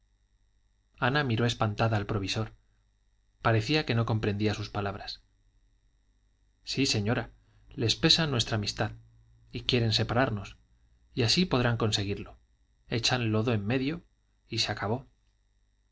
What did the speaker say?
ana miró espantada al provisor parecía que no comprendía sus palabras sí señora les pesa de nuestra amistad y quieren separarnos y así podrán conseguirlo echan lodo en medio y se acabó